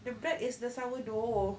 the bread is the sourdough